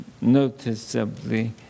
noticeably